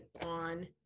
on